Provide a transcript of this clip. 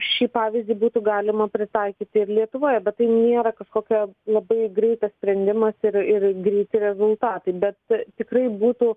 šį pavyzdį būtų galima pritaikyti ir lietuvoje bet tai nėra kažkokia labai greitas sprendimas ir ir greiti rezultatai bet tikrai būtų